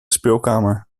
speelkamer